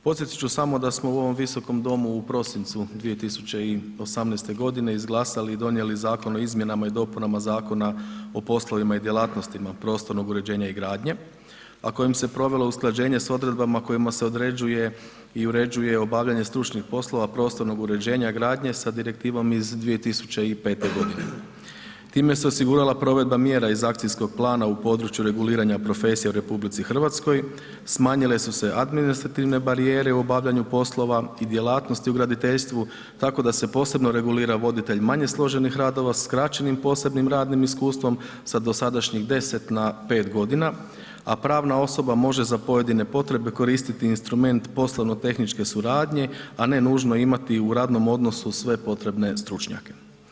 Podsjetit ću samo da smo u ovom Visokom domu u prosincu 2018. izglasali i donijeli Zakon o poslovima i djelatnostima prostornog uređenja i gradnje a kojim se provelo usklađenje s odredbama kojima se određuje i uređuje obavljanje stručnih poslova prostornog uređenja i gradnje sa direktivom iz 2005. g. Tim se osigurala provedba mjera iz akcijskog plana u području reguliranja profesija u RH, smanjile su se administrativne barijere u obavljaju poslova i djelatnosti u graditeljstvu tako da se posebno regulira voditelj manje složenih radova skraćenim posebnim radnim iskustvom na dosadašnjih 10 na 5 g. a pravna osoba može za pojedine potrebe koristiti instrument poslovno-tehničke suradnje a ne nužno imati u radnom odnosu sve potrebne stručnjake.